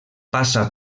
passa